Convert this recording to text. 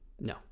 No